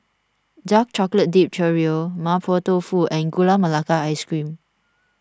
Dark Chocolate Dipped Churro Mapo Tofu and Gula Melaka Ice Cream